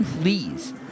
please